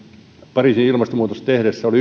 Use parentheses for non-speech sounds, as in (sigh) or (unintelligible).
pariisin ilmastosopimusta tehdessä oli (unintelligible)